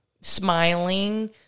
Smiling